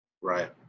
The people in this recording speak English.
Right